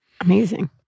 Amazing